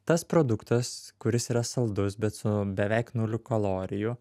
tas produktas kuris yra saldus bet su beveik nuliu kalorijų